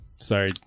Sorry